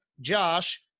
Josh